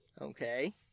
Okay